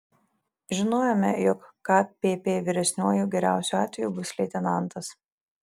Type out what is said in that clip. žinojome jog kpp vyresniuoju geriausiu atveju bus leitenantas